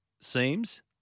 seems